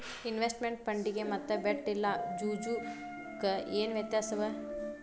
Investment ಫಂಡಿಗೆ ಮತ್ತ bet ಇಲ್ಲಾ ಜೂಜು ಕ ಏನ್ ವ್ಯತ್ಯಾಸವ?